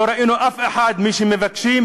לא ראינו אף אחד ממי שמבקשים,